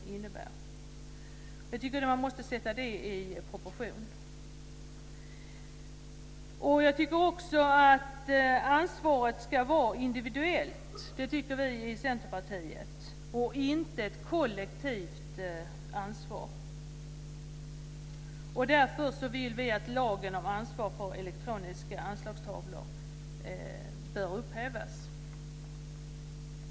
Vi i Centerpartiet tycker också att ansvaret ska vara individuellt och inte kollektivt. Därför vill vi att lagen om ansvar för elektroniska anslagstavlor bör upphävas.